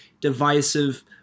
divisive